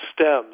stems